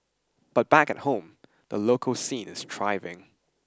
but back an home the local scene is thriving